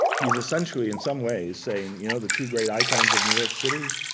he's essentially, in some ways, saying you know, the two great icons of new york city,